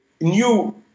new